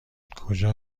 کجا